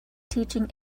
teaching